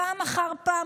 פעם אחר פעם,